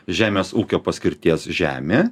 žemės ūkio paskirties žemė